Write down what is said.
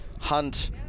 Hunt